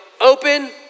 open